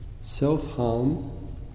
self-harm